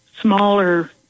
smaller